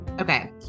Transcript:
Okay